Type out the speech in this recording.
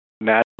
national